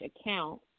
account